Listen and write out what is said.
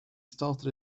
started